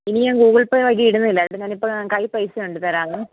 ഇനി ഞാൻ Google Pay വഴിയിടുന്നില്ല ഇടുന്നതിനിപ്പോൾ കയ്യിൽ പൈസയുണ്ട് തരാവെ